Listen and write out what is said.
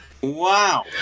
Wow